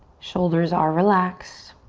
shoulders are relaxed.